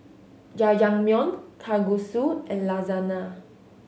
Jajangmyeon Kalguksu and Lasagna